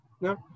no